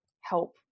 help